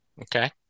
Okay